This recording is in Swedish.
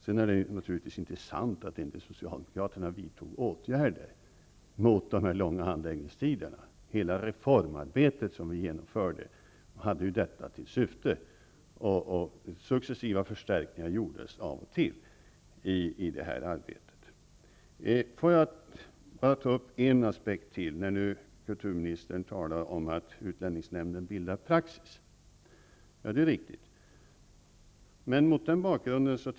Det är naturligtvis inte sant att Socialdemokraterna inte vidtog åtgärder mot de långa handläggningstiderna. Hela reformarbetet hade ju det som syfte. Successiva förstärkningar gjordes av och till i arbetet. När kulturministern talar om att utlänningsnämnden skall bilda praxis, vilket är riktigt, vill jag ta upp en aspekt till.